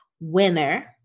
winner